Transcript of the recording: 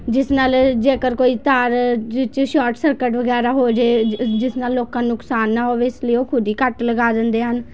ਜਿਸ ਨਾਲ ਜੇਕਰ ਕੋਈ ਤਾਰ ਜਿਹ 'ਚ ਸ਼ੋਟ ਸਰਕਟ ਵਗੈਰਾ ਹੋ ਜੇ ਜਿਸ ਨਾਲ ਲੋਕਾਂ ਨੂੰ ਨੁਕਸਾਨ ਨਾ ਹੋਵੇ ਇਸ ਲਈ ਉਹ ਖੁਦ ਹੀ ਕੱਟ ਲਗਾ ਦਿੰਦੇ ਹਨ